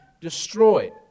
destroyed